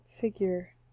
figure